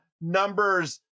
numbers